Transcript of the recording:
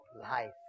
life